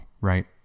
right